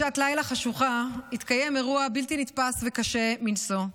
בשעת לילה חשוכה התקיים אירוע בלתי נתפס וקשה מנשוא,